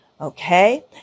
Okay